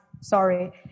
Sorry